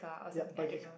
yup but is